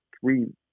three